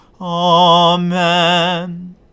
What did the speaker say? Amen